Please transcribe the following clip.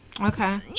Okay